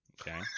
Okay